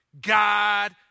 God